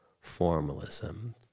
formalism